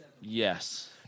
Yes